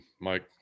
mike